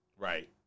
right